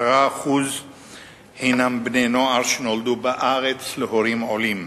10% הם בני-נוער שנולדו בארץ להורים עולים,